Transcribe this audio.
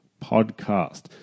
podcast